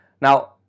Now